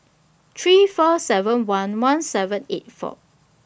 three four seven one one seven eight four